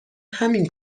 همین